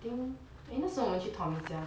I think eh 那时候我们去 tommy 家